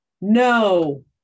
no